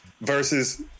versus